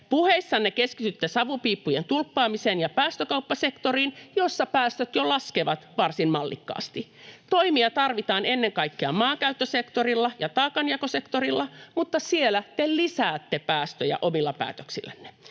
Puheissanne keskitytte savupiippujen tulppaamiseen ja päästökauppasektoriin, jossa päästöt jo laskevat varsin mallikkaasti. Toimia tarvittaisiin ennen kaikkea maankäyttösektorilla ja taakanjakosektorilla, mutta siellä te lisäätte päästöjä omilla päätöksillänne.